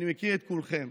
אני מכיר את כולכם.